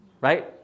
Right